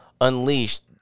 unleashed